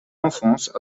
enfance